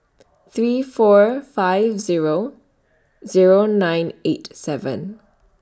three four five Zero Zero nine eight seven